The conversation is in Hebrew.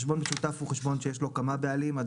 חשבון משותף הוא חשבון שיש לו כמה בעלים כאשר